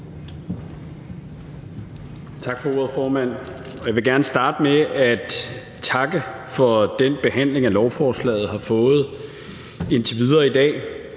Tak for ordet, formand. Jeg vil gerne starte med at takke for den behandling, som lovforslaget har fået indtil videre i dag.